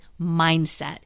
mindset